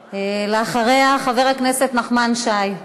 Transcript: אחריה, חבר הכנסת נחמן שי.